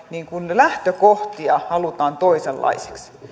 lähtökohtia halutaan toisenlaisiksi